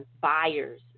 buyers